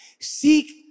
Seek